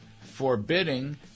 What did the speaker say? Forbidding